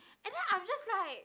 and then I just like